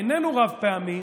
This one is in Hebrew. איננו רב-פעמי,